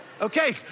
Okay